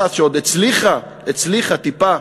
ש"ס, שעוד הצליחה, הצליחה טיפה